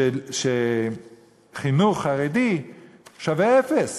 שחינוך חרדי שווה אפס.